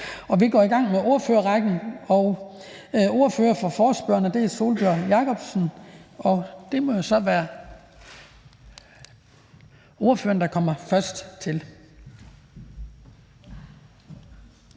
Vi går i gang med ordførerrækken, og ordføreren for forespørgerne er Sólbjørg Jakobsen, og det må jo så være den ordfører, der kommer først til.